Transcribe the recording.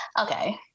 Okay